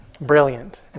Brilliant